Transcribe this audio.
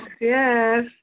yes